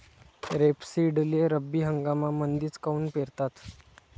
रेपसीडले रब्बी हंगामामंदीच काऊन पेरतात?